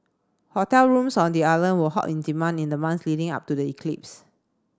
hotel rooms on the island were hot in demand in the months leading up to the eclipse